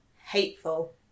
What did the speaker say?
Hateful